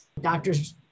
doctors